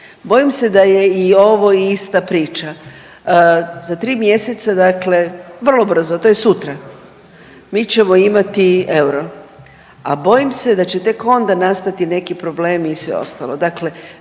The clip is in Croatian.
Bojim se da je i ovo ista priča. Za 3 mjeseca, dakle vrlo brzo, to je sutra, mi ćemo imati euro, a bojim se da će tek onda nastati neki problemi i sve ostalo.